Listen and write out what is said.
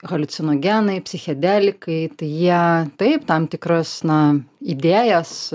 haliucinogenai psichedelikai jie taip tam tikras na idėjas